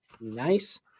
Nice